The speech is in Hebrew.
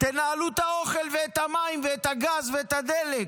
תנהלו את האוכל ואת המים ואת הגז ואת הדלק.